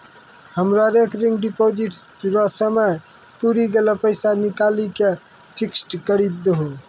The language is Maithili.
हमरो रेकरिंग डिपॉजिट रो समय पुरी गेलै पैसा निकालि के फिक्स्ड करी दहो